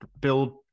build